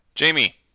Jamie